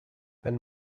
wenn